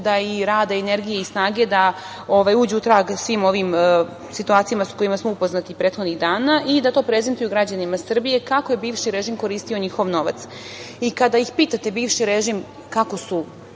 truda i rada i energije i snage da uđu u trag svim ovim situacijama sa kojima smo upoznati prethodnih dana i da to prezentuju građanima Srbije kako je bivši režim koristio njihov novac. Kada pitate bivši režim kako su